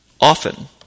often